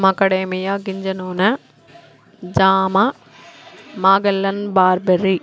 macadamia గింజనూనె జామ మాగల్లన్ బార్బరీ